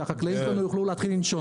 שהחקלאים יוכלו להתחיל לנשום.